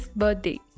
birthday